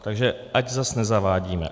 Takže ať zase nezavádíme.